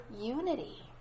unity